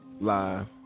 live